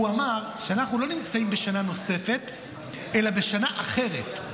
הוא אמר שאנחנו לא נמצאים בשנה נוספת אלא בשנה אחרת.